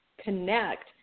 connect